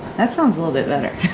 that sounds a little bit better.